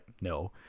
no